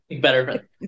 Better